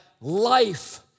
life